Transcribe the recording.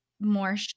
more